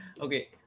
Okay